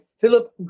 Philip